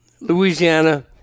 Louisiana